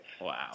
Wow